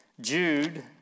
Jude